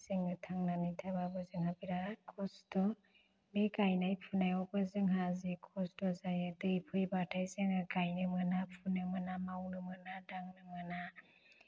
जोङो थांनानै थाबाबो जोंहा बेराद खस्थ' बे गायनाय फुनायावबो जोंहा जि खस्थ' जायो दै फैबाथाय जोङो गायनो मोना फुनो मोना मावनो मोना दांनो मोना